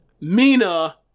Mina